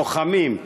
לוחמים.